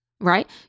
right